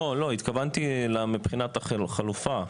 לא, התכוונתי מבחינת החלופה.